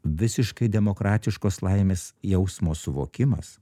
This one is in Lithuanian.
visiškai demokratiškos laimės jausmo suvokimas